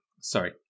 Sorry